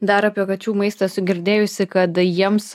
dar apie kačių maistą su girdėjusi kad jiems